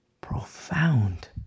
profound